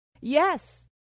Yes